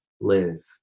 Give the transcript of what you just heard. live